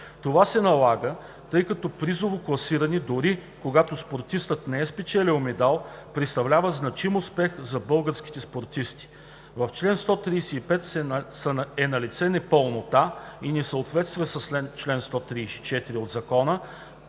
Това се налага, тъй като призово класиране, дори когато спортистът не е спечелил медал, представлява значим успех за българските спортисти. В чл. 135 е налице непълнота и несъответствие с чл. 134 от Закона,